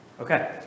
Okay